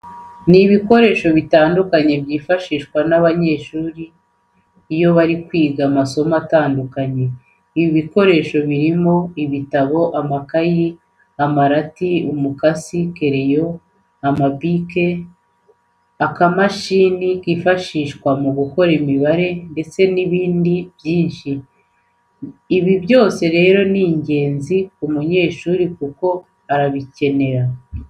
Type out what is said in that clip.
Ni ibikoresho bitandukanye byifashishwa n'abanyeshuri iyo bari kwiga amasomo atandukanye. Ibyo bikoresho birimo ibitabo, amakayi, amarati, umukasi, kereyo, amabike, akamashini kifashishwa mu gukora imibare ndetse n'ibindi byinshi. Ibi byose rero ni ingenzi ku munyeshuri kuko arabikenera.